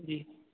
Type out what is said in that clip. जी